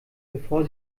bevor